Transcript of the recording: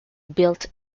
built